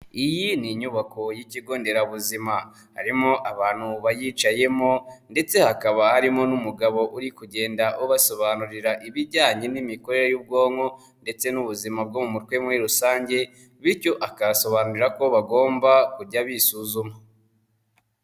Iyi ni inyubako y'ikigo nderabuzima harimo abantu bayicayemo ndetse hakaba harimo n'umugabo uri kugenda ubasobanurira ibijyanye n'imikorere y'ubwonko ndetse n'ubuzima bwo mu mutwe muri rusange bityo akabasobanurira ko bagomba kujya bisuzuma.